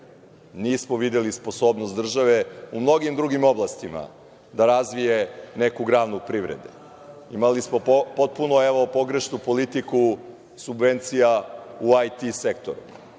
Nismo videli sposobnost države u mnogim drugim oblastima, da razvije neku granu privrede. Imali smo potpuno pogrešnu politiku subvencija u IT sektoru,